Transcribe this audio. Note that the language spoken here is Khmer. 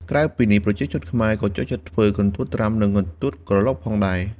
ក្រៅពីនេះ ប្រជាជនខ្មែរក៏ចូលចិត្តធ្វើ កន្ទួតត្រាំ និង កន្ទួតក្រឡុក ផងដែរ។